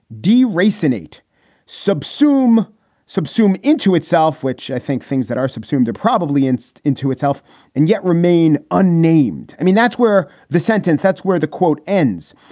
deracinated subsume subsume into itself, which i think things that are subsumed to probably insight into itself and yet remain unnamed. i mean, that's where the sentence that's where the quote ends,